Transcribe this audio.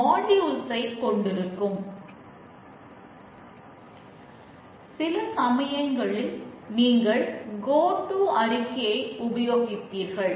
unit testing போது அடையாளம் காணப்படாதவை